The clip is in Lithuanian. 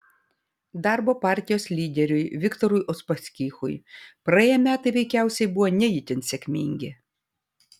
darbo partijos lyderiui viktorui uspaskichui praėję metai veikiausiai buvo ne itin sėkmingi